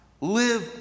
Live